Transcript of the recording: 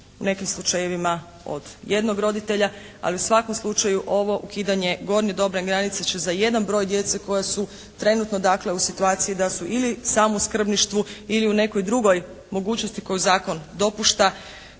u nekim slučajevima od jednog roditelja. Ali u svakom slučaju ovo ukidanje gornje dobne granice će za jedan broj djece koja su trenutno dakle u situaciji da su ili samo u skrbništvu ili u nekoj drugoj mogućnosti koju zakon dopušta